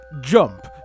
jump